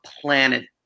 planet